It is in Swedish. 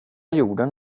jorden